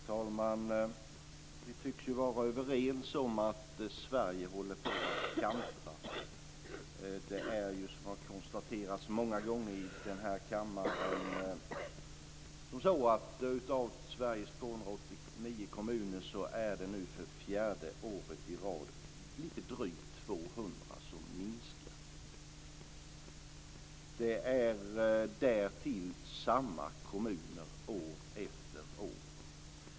Fru talman! Vi tycks vara överens om att Sverige håller på att kantra. Det är ju så, vilket har konstaterats många gånger här i kammaren, att av Sveriges 289 kommuner är det, nu för fjärde året i rad, lite drygt 200 som minskar. Det är därtill samma kommuner år efter år.